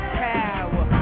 power